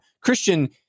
Christian